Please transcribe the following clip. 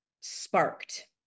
sparked